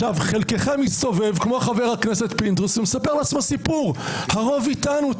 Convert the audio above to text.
חלקכם מסתובב כמו חבר הכנסת פינדרוס ומספר לעצמו סיפור: הרוב איתנו,